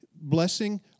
blessing